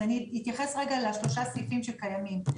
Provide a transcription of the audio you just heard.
אני אתייחס לשלושה הסעיפים שקיימים.